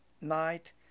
night